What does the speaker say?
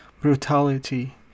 brutality